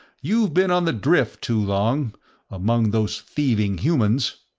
you've been on the drift too long among those thieving humans!